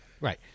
Right